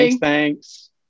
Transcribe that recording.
Thanks